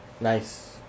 Nice